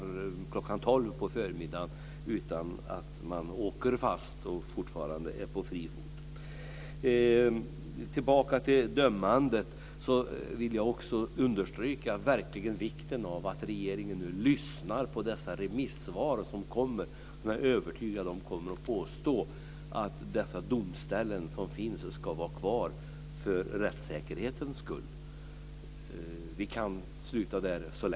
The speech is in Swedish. Detta sker alltså klockan tolv mitt på dagen, utan att någon åker fast. De är fortfarande på fri fot. För att gå tillbaka till dömandet vill jag också verkligen understryka vikten av att regeringen nu lyssnar på de remissvar som kommer. Jag är övertygad om att man i dem kommer att påstå att de domställen som finns ska vara kvar för rättssäkerhetens skull.